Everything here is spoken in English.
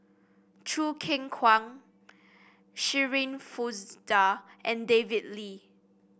Choo Keng Kwang Shirin Fozdar and David Lee